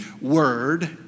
word